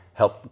help